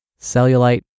Cellulite